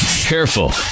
Careful